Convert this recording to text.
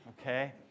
okay